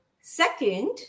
Second